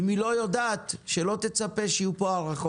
אם היא לא יודעת, שלא תצפה שיהיו פה הארכות,